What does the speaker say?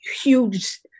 huge